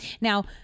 Now